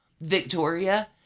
Victoria